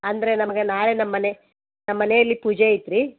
ಅಂದರೆ ನಮಗೆ ನಾಳೆ ನಮ್ಮ ಮನೆ ನಮ್ಮ ಮನೇಲ್ಲಿ ಪೂಜೆ ಐತೆ ರೀ